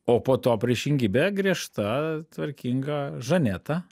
o po to priešingybė griežta tvarkinga žaneta